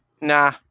nah